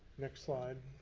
next slide.